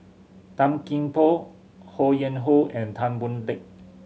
Tan Gee Paw Ho Yuen Hoe and Tan Boon Teik